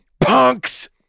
punks